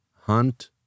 hunt